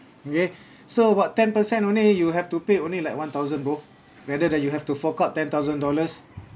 okay so what ten percent only you have to pay only like one thousand bro~ rather that you have to fork out ten thousand dollars